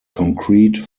concrete